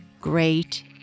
great